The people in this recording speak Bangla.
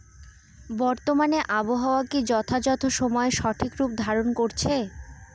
বর্তমানে আবহাওয়া কি যথাযথ সময়ে সঠিক রূপ ধারণ করছে?